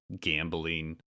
gambling